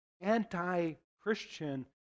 anti-Christian